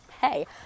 Hey